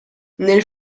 nel